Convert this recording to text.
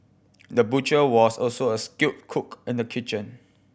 the butcher was also a skilled cook in the kitchen